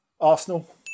Arsenal